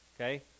okay